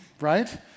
Right